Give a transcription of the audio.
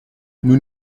nous